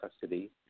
custody